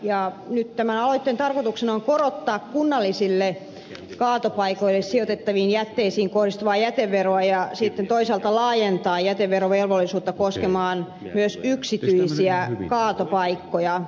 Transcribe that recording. nyt tämän aloitteen tarkoituksena on korottaa kunnallisille kaatopaikoille sijoitettaviin jätteisiin kohdistuvaa jäteveroa ja sitten toisaalta laajentaa jäteverovelvollisuutta koskemaan myös yksityisiä kaatopaikkoja